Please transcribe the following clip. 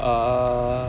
ah